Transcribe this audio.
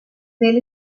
del